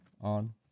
on